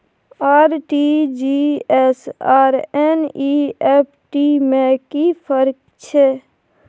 RTG S आर NEFT में कि फर्क छै?